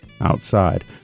outside